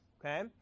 okay